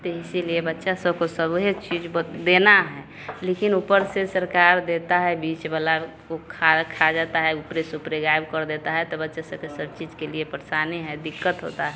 तो इसीलिए बच्चा सबको सभी चीज ब देना है लेकिन ऊपर से सरकार देता है बीच वाला को खा खा जाता है ऊपर से ऊपर गायब कर देता है तो बच्चा सब को सब चीज के लिए परेशानी है दिक्कत होता है